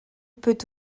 peut